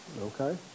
okay